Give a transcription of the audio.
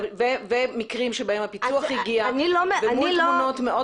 ומקרים שבהם הפיצו"ח הגיע ומול תלונות מאוד